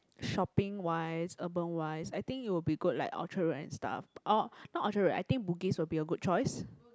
shopping wise urban wise I think it will be good like Orchard Road and stuff oh not Orchard Road I think bugis will be a good choice